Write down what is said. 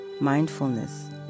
Mindfulness